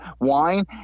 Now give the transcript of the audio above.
wine